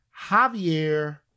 Javier